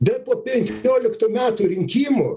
dar po penkioliktų metų rinkimų